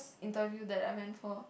interview that I went for